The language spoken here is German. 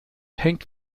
hängt